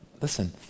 listen